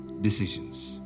decisions